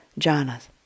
jhanas